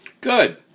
Good